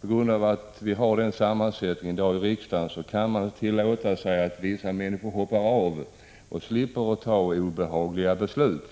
På grund av att vi har den sammansättning vi har i riksdagen kan man tillåta att vissa personer hoppar av och slipper ta obehagliga beslut.